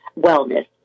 wellness